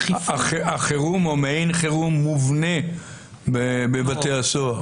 החירום הוא מעין חירום מובנה בבתי הסוהר.